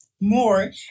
more